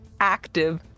active